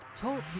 Talk